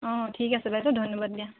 অঁ ঠিক আছে বাইদউ ধন্যবাদ দিয়া